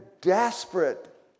desperate